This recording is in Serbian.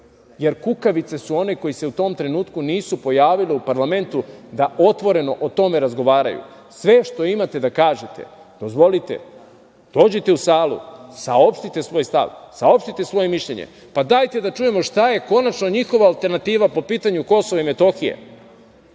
jer kukavice su oni koji se u tom trenutku nisu pojavili u parlamentu da otvoreno o tome razgovaraju. Sve što imate da kažete, dozvolite, dođite u salu, saopštite svoj stav, saopštite svoje mišljenje. Dajte da čujemo šta je konačno njihova alternativa po pitanju Kosova i Metohije,